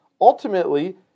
Ultimately